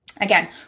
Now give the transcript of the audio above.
Again